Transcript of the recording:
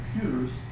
computers